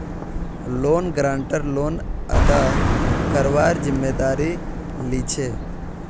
loan guarantor loan अदा करवार जिम्मेदारी लीछे